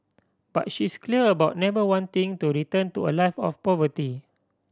but she's clear about never wanting to return to a life of poverty